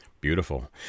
Beautiful